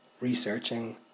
researching